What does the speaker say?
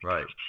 Right